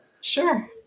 sure